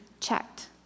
checked